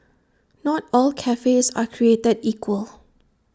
not all cafes are created equal